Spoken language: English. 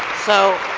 so,